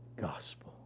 Gospel